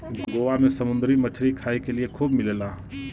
गोवा में समुंदरी मछरी खाए के लिए खूब मिलेला